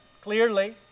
clearly